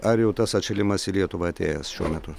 ar jau tas atšilimas į lietuvą atėjęs šiuo metu